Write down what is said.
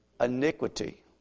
iniquity